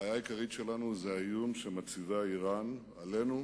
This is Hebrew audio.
הבעיה העיקרית שלנו היא האיום שמציבה אירן עלינו,